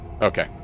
Okay